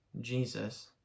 Jesus